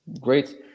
great